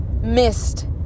missed